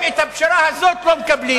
אתם את הפשרה הזאת לא מקבלים.